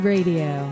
Radio